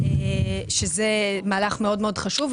שזה מהלך מאוד מאוד חשוב.